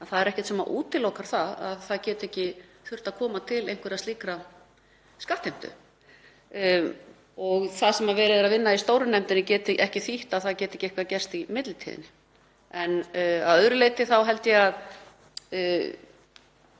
það er ekkert sem útilokar að það geti ekki þurft að koma til einhverrar slíkrar skattheimtu og það sem verið er að vinna í stóru nefndinni geti ekki þýtt að það geti ekki eitthvað gert í millitíðinni. Að öðru leyti þá held ég að